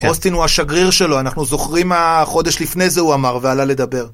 אוסטין הוא השגריר שלו, אנחנו זוכרים מה חודש לפני זה הוא אמר ועלה לדבר.